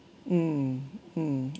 mm mm